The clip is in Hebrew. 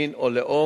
מין או לאום.